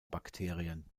bakterien